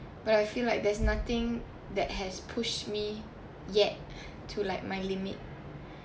but I feel like there's nothing that has pushed me yet to like my limit